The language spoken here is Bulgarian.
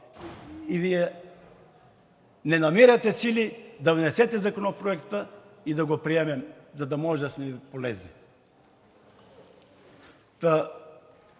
и Вие не намирате сили да внесете Законопроекта и да го приемем, за да можем да сме полезни.